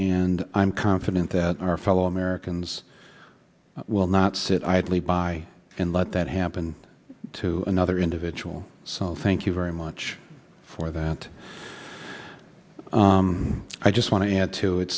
and i'm confident that our fellow americans will not sit idly by and let that happen to another individual so thank you very much for that i just want to add to it